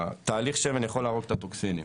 תהליך השמן יכול להרוג את הטוקסינים.